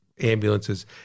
ambulances